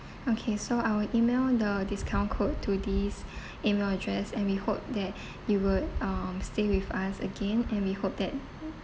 okay so I will email the discount code to this email address and we hope that you will um stay with us again and we hope that